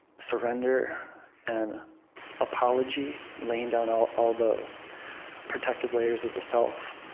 surrender and apology, laying down all all the protective layers of the self,